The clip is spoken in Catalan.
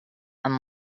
amb